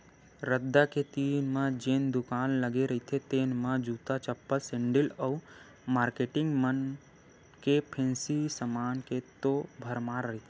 रद्दा के तीर म जेन दुकान लगे रहिथे तेन म जूता, चप्पल, सेंडिल अउ मारकेटिंग मन के फेंसी समान के तो भरमार रहिथे